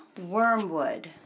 Wormwood